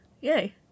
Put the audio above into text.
Yay